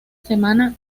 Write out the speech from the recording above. semana